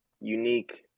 unique